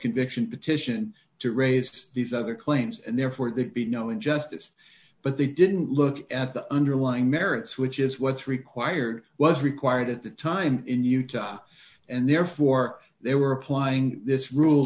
conviction petition to raised these other claims and therefore there would be no injustice but they didn't look at the underlying merits which is what's required was required at the time in utah and therefore they were applying this rule